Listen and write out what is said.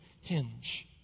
hinge